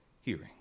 hearing